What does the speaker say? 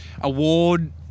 award